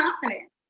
confidence